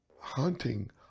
Hunting